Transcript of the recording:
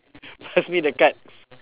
pass me the card